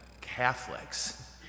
Catholics